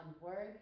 work